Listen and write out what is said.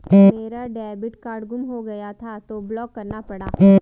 मेरा debit card गुम हो गया था तो ब्लॉक करना पड़ा